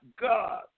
God